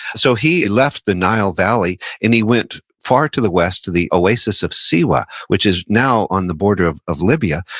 so, he left the nile valley, and he went far to the west, to the oasis of siwa, which is now on the border of of libya,